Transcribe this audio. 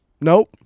nope